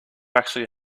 actually